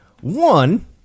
One